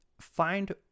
find